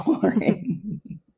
boring